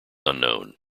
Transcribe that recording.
unknown